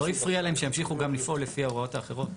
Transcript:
לא הפריע להם שימשיכו גם לפעול לפי ההוראות האחרות.